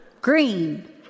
green